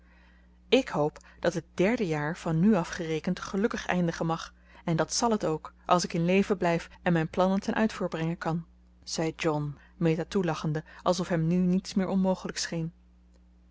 ik hoop dat het derde jaar van nu af gerekend gelukkig eindigen mag en dat zal het ook als ik in leven blijf en mijn plannen ten uitvoer brengen kan zei john meta toelachende alsof hem nu niets meer onmogelijk scheen